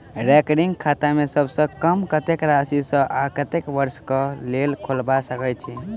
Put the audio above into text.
recurring खाता कम सँ कम कत्तेक राशि सऽ आ कत्तेक वर्ष कऽ लेल खोलबा सकय छी